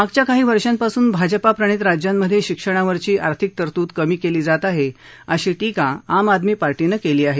मागच्या काही वर्षापासून भाजपा प्रणित राज्यांमध्ये शिक्षणावरची आर्थिक तरतुद कमी केली जात आहे अशी टीका आम आदमी पार्टीनं केली आहे